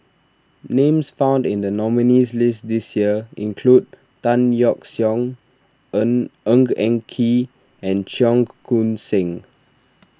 names found in the nominees' list this year include Tan Yeok Seong Ng Eng and Kee and Cheong Koon Seng